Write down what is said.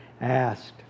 asked